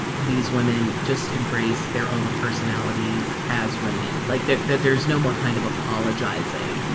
these women just embrace their own personalities as women, like, that that there's no more kind of apologizing.